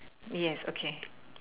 yes okay